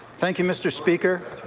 thank you, mr. speaker.